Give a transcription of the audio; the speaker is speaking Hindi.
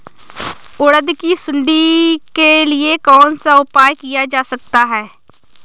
उड़द की सुंडी के लिए कौन सा उपाय किया जा सकता है?